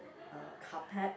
uh carpet